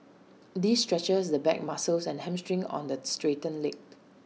this stretches the back muscles and hamstring on the straightened leg